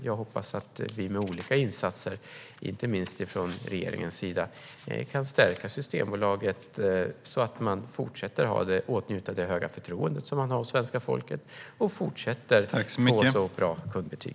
Jag hoppas att vi med olika insatser, inte minst från regeringens sida, kan stärka Systembolaget så att man fortsätter att åtnjuta det höga förtroende som man har hos svenska folket och fortsätter att få bra kundbetyg.